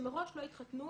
שמראש לא יתחתנו,